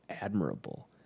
admirable